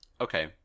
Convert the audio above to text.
Okay